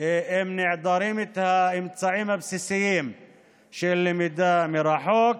כי הם נעדרים את האמצעים הבסיסיים של למידה מרחוק.